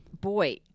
boy